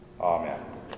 amen